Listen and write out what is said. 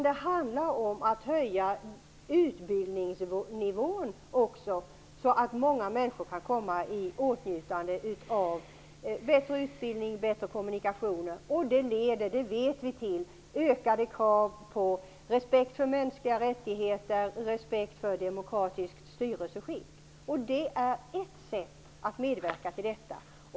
Det handlar om att höja utbildningsnivån så att många människor kan komma i åtnjutande av bättre utbildning och bättre kommunikationer. Vi vet att detta leder till ökade krav på respekt för mänskliga rättigheter och för ett demokratiskt styrelseskick. Det är ett sätt att medverka till detta.